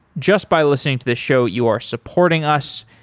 just by listening to the show, you are supporting us.